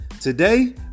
Today